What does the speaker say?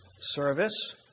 service